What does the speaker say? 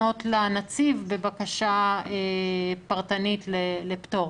לפנות לנציב בבקשה פרטנית לפטור.